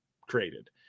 created